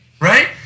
right